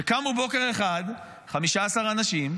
כשקמו בוקר אחד 15 אנשים,